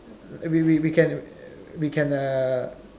we we we can we can err